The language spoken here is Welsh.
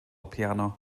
piano